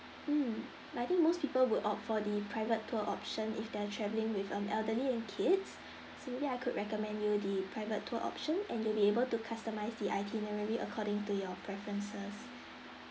mm I think most people would opt for the private tour option if they're traveling with um elderly and kids so ya I could recommend you the private tour option and you'll be able to customize the itinerary according to your preferences